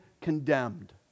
condemned